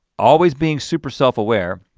always being super self-aware.